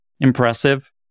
impressive